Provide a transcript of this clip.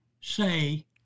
say